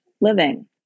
living